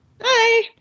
Hi